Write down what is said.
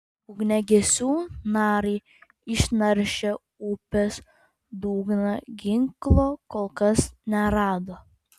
ugniagesių narai išnaršę upės dugną ginklo kol kas nerado